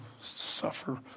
suffer